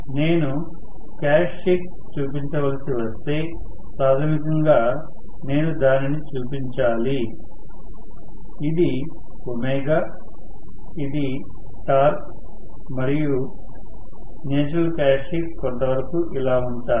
నేను క్యారెక్టర్స్టిక్స్ చూపించవలసి వస్తే ప్రాథమికంగా నేను దానిని చూపించాలి ఇది ఒమేగా ఇది టార్క్ మరియు నేచురల్ క్యారెక్టర్స్టిక్స్ కొంతవరకు ఇలా ఉంటాయి